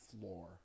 floor